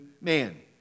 man